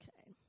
Okay